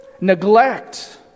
neglect